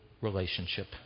relationship